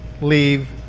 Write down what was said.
leave